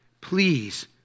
Please